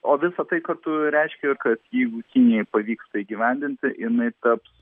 o visa tai kartu reiškia kad jeigu kinijai pavyks tai įgyvendinti jinai taps